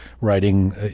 writing